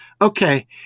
okay